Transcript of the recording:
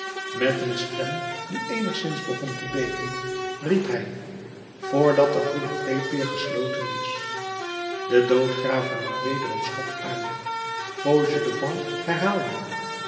met een stem die eenigszins begon te beven riep hij voor dat de goede kweepeer gesloten is de doodgraver nam weder een schop aarde fauchelevent herhaalde